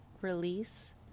release